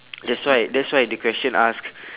that's why that's why the question asked